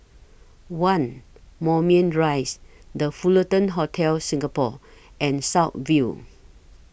one Moulmein Rise The Fullerton Hotel Singapore and South View